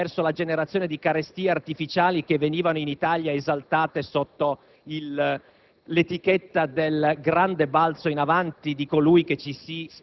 uccise indirettamente attraverso la generazione di carestie artificiali, che in Italia venivano esaltate sotto